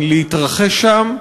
להיות שם,